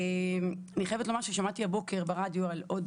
אני חייבת לומר ששמעתי הבוקר ברדיו על עוד